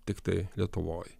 tiktai lietuvoj